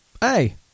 Hey